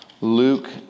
Luke